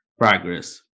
progress